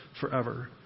forever